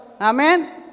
Amen